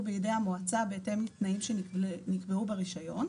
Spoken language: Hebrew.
בידי המועצה בהתאם לתנאים שנקבעו ברישיון,